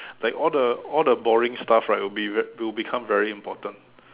like all the all the boring stuff you know right will be will become very important